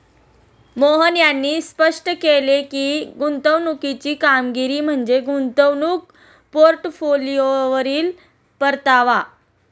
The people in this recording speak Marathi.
मोहन यांनी स्पष्ट केले की, गुंतवणुकीची कामगिरी म्हणजे गुंतवणूक पोर्टफोलिओवरील परतावा